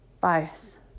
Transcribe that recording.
bias